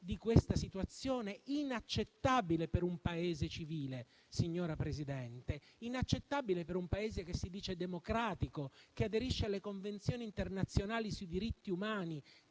di questa situazione inaccettabile per un Paese civile. È inaccettabile per un Paese che si dice democratico, che aderisce alle convenzioni internazionali sui diritti umani,